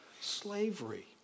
slavery